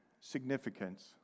significance